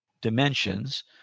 dimensions